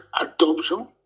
adoption